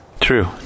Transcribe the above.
True